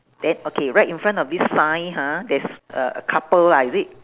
then okay right in front of this sign ha there's a a couple ah is it